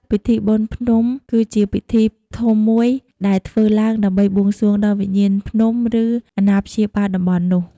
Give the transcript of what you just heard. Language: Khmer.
ពិធីបុណ្យភ្នំគឺជាពិធីធំមួយដែលធ្វើឡើងដើម្បីបួងសួងដល់វិញ្ញាណភ្នំ ឬអាណាព្យាបាលតំបន់នោះ។